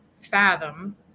fathom